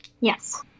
Yes